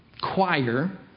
choir